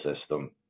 system